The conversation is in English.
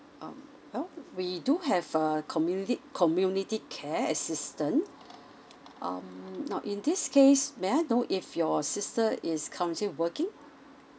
um well we do have a community community care assistance um now in this case may I know if your sister is currently working